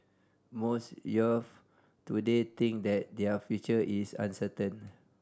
most youths today think that their future is uncertain